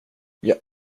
jag